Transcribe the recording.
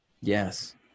Yes